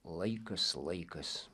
laikas laikas